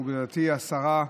מכובדתי השרה,